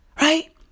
Right